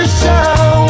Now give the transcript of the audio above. show